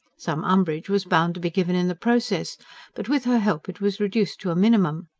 some umbrage was bound to be given in the process but with her help it was reduced to a minimum.